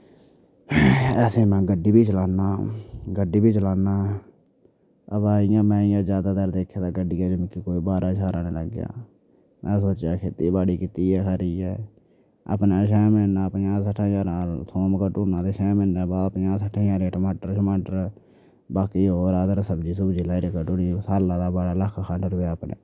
असें में गड्डी बी चलान्ना गड्डी बी चलान्ना अबो इ'यां में इ'यां जैदातर दिक्खे दा गड्डियै च मिगी कोई बारा शारा निं लग्गेआ में सोच्चेआ खेती बाड़ी कीती दी गै खरी ऐ अपने छे म्हीने दा पंजाहें सट्ठें ज्हारें दा थोम कड्ढी ओड़ना ते छें म्हीने बाद पंजाह् सट्ठें ज्हारें दे टमाटर शमाटर बाकी होर अगर सब्जी सुब्जी लाई री कड्ढी ओड़ी साल्लै दा बड़ा लक्ख खंड रपेआ अपने